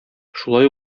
шулай